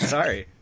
Sorry